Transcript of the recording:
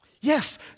Yes